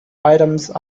items